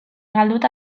galduta